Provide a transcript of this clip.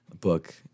book